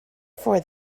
for